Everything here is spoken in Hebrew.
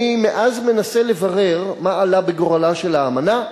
אני מאז מנסה לברר מה עלה בגורלה של האמנה.